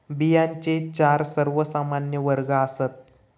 बियांचे चार सर्वमान्य वर्ग आसात